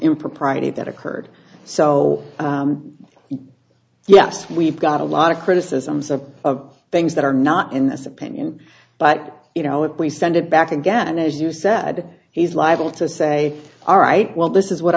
impropriety that occurred so yes we've got a lot of criticisms of things that are not in this opinion but you know it we send it back again and as you said he's liable to say all right well this is what